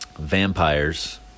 Vampires